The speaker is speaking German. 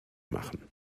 machen